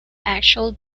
actual